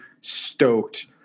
stoked